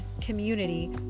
community